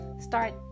start